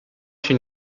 się